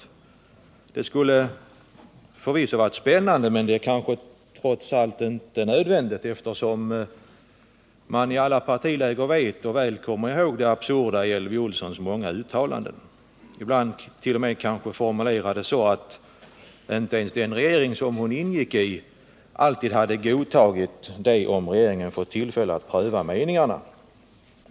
Förvisso skulle det ha varit spännande, men det är kanske trots allt inte nödvändigt, eftersom man i alla partiläger väl kommer ihåg det absurda i Elvy Olssons många uttalanden. Ibland var uttalandena så formulerade att kanske inte ens den regering hon tillhörde alltid skulle ha godtagit dem, om den hade fått tillfälle till prövning.